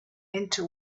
into